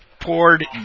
Poured